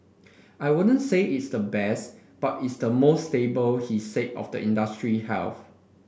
I wouldn't say it's the best but it's the most stable he said of the industry health